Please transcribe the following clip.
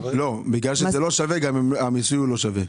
גם המיסוי לא שווה.